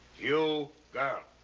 you, girl.